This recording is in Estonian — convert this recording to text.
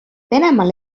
venemaal